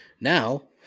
Now